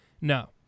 No